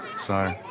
so,